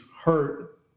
hurt